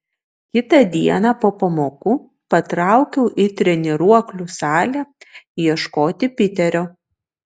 kitą dieną po pamokų patraukiau į treniruoklių salę ieškoti piterio